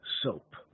soap